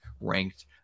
ranked